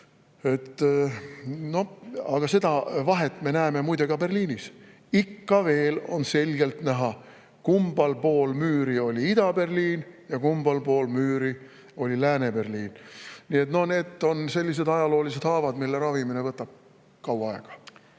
aga seda vahet me näeme, muide, ka Berliinis. Ikka veel on selgelt näha, kummal pool müüri oli Ida-Berliin ja kummal pool müüri oli Lääne-Berliin. Need on sellised ajaloolised haavad, mille ravimine võtab kaua aega.